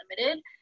limited